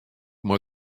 mei